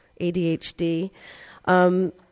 ADHD